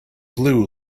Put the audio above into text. blue